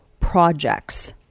Projects